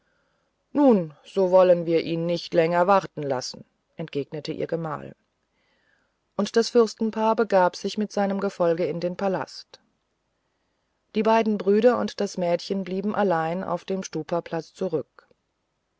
nun dann wollen wir ihn nicht länger warten lassen entgegnete ihr gemahl und das fürstenpaar begab sich mit seinem gefolge in den palast die beiden brüder und das mädchen blieben allein auf dem stupaplatz zurück